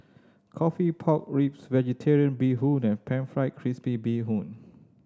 coffee pork ribs Vegetarian Bee Hoon and Pan Fried Crispy Bee Hoon